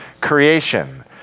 creation